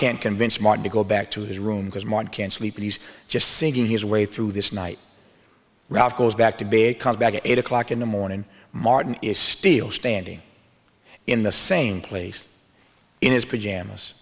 can't convince martin to go back to his room because martin can't sleep he's just singing his way through this night ralph goes back to big comes back at eight o'clock in the morning martin is still standing in the same place in his pajamas